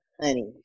honey